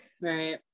Right